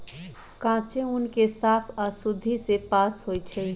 कांचे ऊन के साफ आऽ शुद्धि से पास होइ छइ